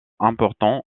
important